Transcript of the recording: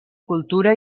cultura